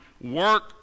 work